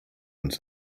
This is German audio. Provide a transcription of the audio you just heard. uns